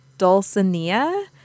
dulcinea